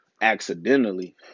accidentally